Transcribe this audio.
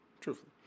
truthfully